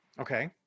Okay